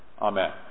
amen